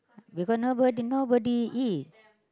because nobody nobody eat